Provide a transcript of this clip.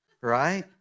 right